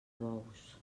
bous